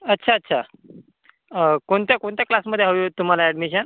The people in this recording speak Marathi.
अच्छा अच्छा कोणत्या कोणत्या क्लासमध्ये हवी हो तुम्हाला ॲडमिशन